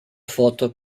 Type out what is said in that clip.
foto